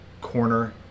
corner